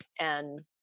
and-